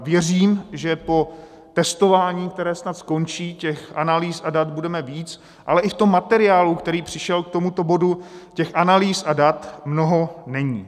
Věřím, že po testování, které snad skončí, těch analýz a dat budeme mít víc, ale i v tom materiálu, který přišel k tomuto bodu, těch analýz a dat mnoho není.